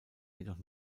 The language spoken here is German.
jedoch